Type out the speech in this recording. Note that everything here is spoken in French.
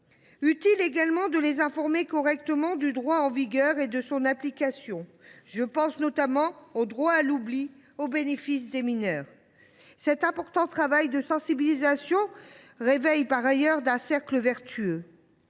utile également de les informer correctement du droit en vigueur et de son application. Je pense notamment au droit à l’oubli dont bénéficient les mineurs. Cet important travail de sensibilisation s’inscrit par ailleurs dans un cercle vertueux.